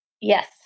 Yes